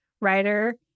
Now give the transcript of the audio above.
writer